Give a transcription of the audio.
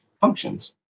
functions